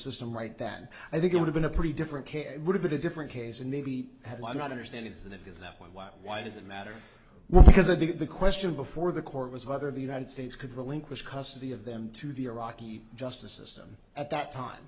system right then i think it would've been a pretty different would have been a different case and maybe had one not understand it isn't it is that why why why does it matter well because i think the question before the court was whether the united states could relinquish custody of them to the iraqi justice system at that time